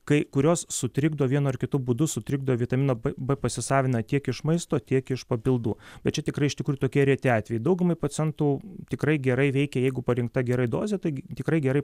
kai kurios sutrikdo vienu ar kitu būdu sutrikdo vitamino b pasisavina tiek iš maisto tiek iš papildų bet čia tikrai iš tikrųjų tokie reti atvejai daugumai pacientų tikrai gerai veikia jeigu parinkta gerai dozė tai tikrai gerai